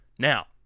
Now